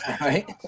right